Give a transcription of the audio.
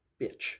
Bitch